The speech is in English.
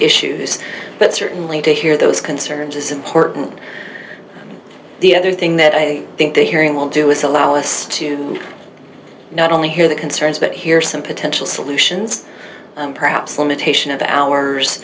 issues but certainly to hear those concerns is important the other thing that i think the hearing will do is allow us to not only hear the concerns but hear some potential solutions and perhaps limitation of